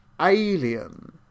alien